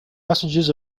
messages